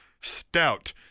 Stout